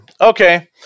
Okay